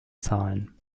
zahlen